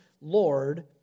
Lord